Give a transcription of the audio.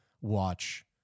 watch